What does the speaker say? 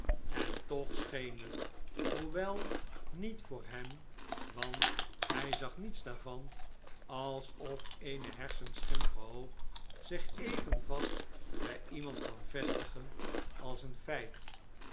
en loch scheen het hoewel niet voor hem want hij zag niets daarvan alsof eene hersenschimrhige hoop zich even vast bij iemand kan vestjgen als een feit